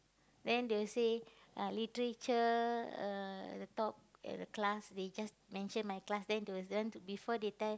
then they say uh literature uh the top at the class they just mention my class then to then before they tell